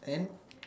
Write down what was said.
and